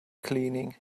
cleaning